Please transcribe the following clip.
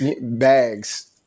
bags